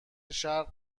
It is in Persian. شرق